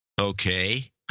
Okay